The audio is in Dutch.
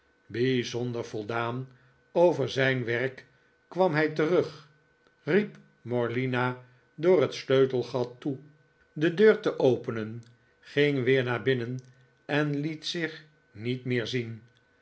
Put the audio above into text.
bijzonder voldaan over zijn werk kwam hij terug riep morlina door het sleutelgat toe de deur te openen ging weer naar binnen en liet zich niet meer zien